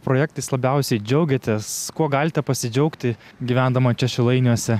projektais labiausiai džiaugiatės kuo galite pasidžiaugti gyvendama čia šilainiuose